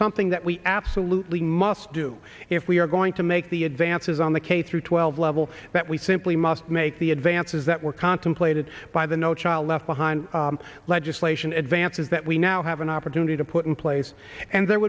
something that we absolutely must do if we are going to make the advances on the k through twelve level that we simply must make the advances that were contemplated by the no child left behind legislation advances that we now have an opportunity to put in place and there